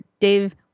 Dave